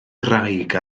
graig